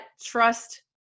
trust